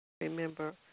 Remember